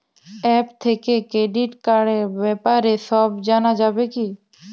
App থেকে credit কার্ডর ব্যাপারে সব জানা যাবে কি?